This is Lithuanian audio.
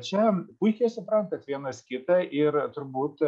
čia puikiai suprantat vienas kitą ir turbūt